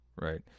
right